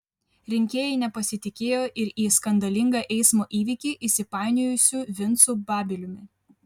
rinkėjai nepasitikėjo ir į skandalingą eismo įvykį įsipainiojusiu vincu babiliumi